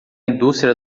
indústria